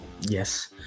yes